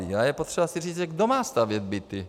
A je potřeba si říct, kdo má stavět byty.